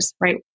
right